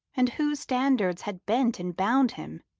and whose standards had bent and bound him?